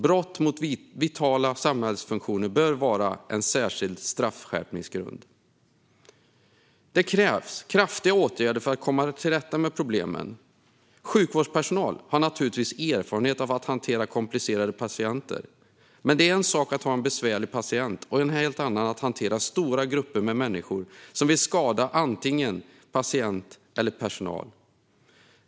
Brott mot vitala samhällsfunktioner bör vara en särskild straffskärpningsgrund. Det krävs kraftiga åtgärder för att komma till rätta med problemen. Sjukvårdspersonal har naturligtvis erfarenhet av att hantera komplicerade patienter. Men det är en sak att ha en besvärlig patient och en helt annan att hantera stora grupper med människor som vill skada antingen patient eller personal.